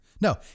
No